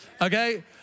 Okay